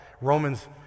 Romans